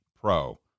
pro